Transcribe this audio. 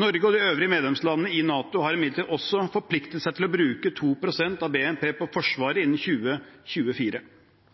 Norge og de øvrige medlemslandene i NATO har imidlertid også forpliktet seg til å bruke 2 pst. av BNP på forsvar innen 2024.